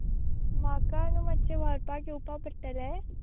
म्हाका न्हू मातशें व्हरपाक येवपा पडटलें